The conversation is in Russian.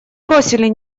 бросили